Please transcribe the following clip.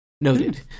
Noted